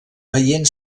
veient